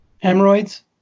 Hemorrhoids